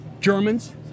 Germans